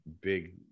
big